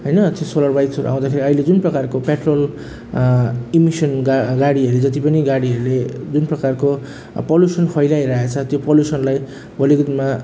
होइन त्यो सोलर बाइक्सहरू आउँदाखेरि अहिले जुन प्रकारको पेट्रोल इमिसन गा गाडीहरू जति पनि गाडीहरूले जुन प्रकारको पल्युसन फैलाइरहेछ त्यो पल्युसनलाई भोलिको दिनमा